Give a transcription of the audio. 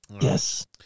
Yes